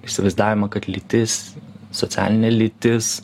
įsivaizdavimą kad lytis socialinė lytis